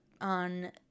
on